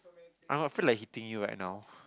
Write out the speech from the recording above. I don't know I feel like hitting you right now